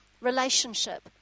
relationship